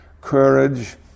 courage